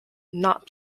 not